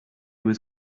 was